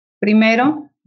Primero